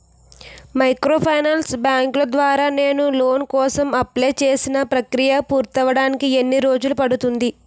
Microfinance బ్యాంకుల ద్వారా నేను లోన్ కోసం అప్లయ్ చేసిన ప్రక్రియ పూర్తవడానికి ఎన్ని రోజులు పడుతుంది?